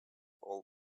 all